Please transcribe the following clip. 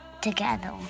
together